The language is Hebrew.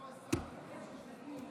הממשלה.